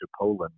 Poland